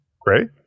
Great